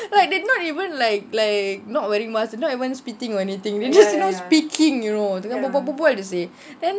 like they not even like like not wearing not even spitting or anything you just you know speaking you know tengah berbual-berbual jer seh